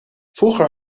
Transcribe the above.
vroeger